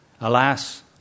Alas